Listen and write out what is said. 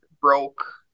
broke